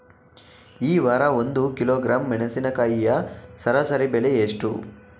ಈ ವಾರ ಒಂದು ಕಿಲೋಗ್ರಾಂ ಮೆಣಸಿನಕಾಯಿಯ ಸರಾಸರಿ ಬೆಲೆ ಎಷ್ಟು?